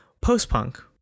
post-punk